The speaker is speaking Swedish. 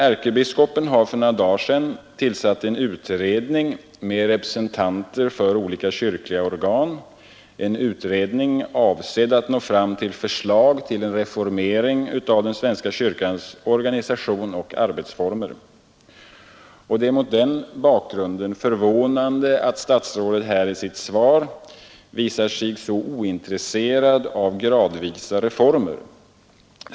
Ärkebiskopen har för några dagar sedan tillsatt en utredning med representanter för olika kyrkliga organ, en utredning avsedd att nå fram till förslag om en reformering av den svenska kyrkans organisation och arbetsformer. Det är förvånande att statsrådet här i sitt svar visade sig så ointresserad av gradvisa reformer.